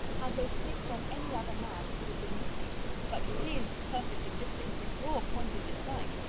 had they fixed on any other man it would have been nothing but his perfect indifference, and your pointed dislike,